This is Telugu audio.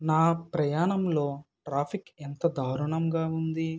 నా ప్రయాణంలో ట్రాఫిక్ ఎంత దారుణంగా ఉంది